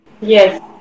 Yes